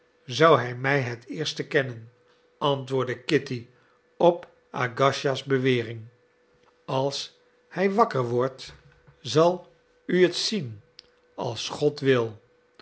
zou hij mij het eerst kennen antwoordde kitty op agasija's bewering als hij wakker wordt zal u het zien als god wil